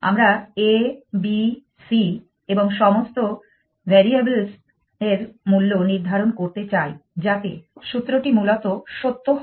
আমরা a b c এবং সমস্ত ভ্যারিয়েবলসের মূল্য নির্ধারণ করতে চাই যাতে সূত্রটি মূলত সত্য হয়